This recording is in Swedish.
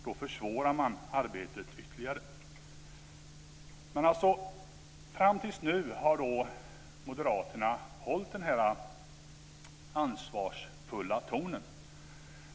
Då försvårar man arbetet ytterligare. Fram till nu har moderaterna alltså hållit en ansvarsfull ton.